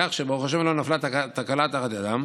כך שבעזרת השם לא נפלה תקלה תחת ידם.